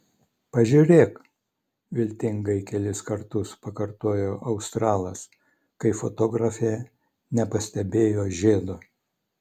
pažiūrėk viltingai kelis kartus pakartojo australas kai fotografė nepastebėjo žiedo